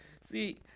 see